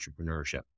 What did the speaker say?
entrepreneurship